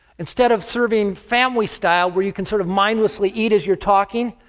instead of serving family style, where you can sort of mindlessly eat as you're talking,